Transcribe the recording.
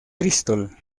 bristol